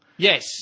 Yes